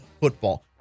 football